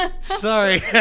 sorry